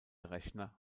rechner